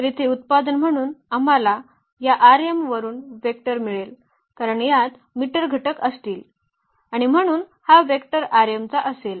तर येथे उत्पादन म्हणून आम्हाला या वरून वेक्टर मिळेल कारण यात मीटर घटक असतील आणि म्हणून हा वेक्टर चा असेल